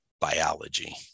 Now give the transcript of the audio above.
biology